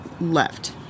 left